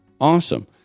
awesome